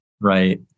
Right